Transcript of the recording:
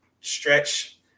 stretch